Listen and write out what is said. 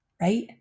Right